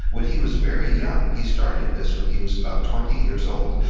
when he was very young he started this when he was about twenty years old,